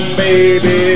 Baby